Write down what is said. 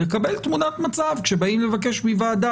לקבל תמונת מצב כשבאים לבקש מוועדה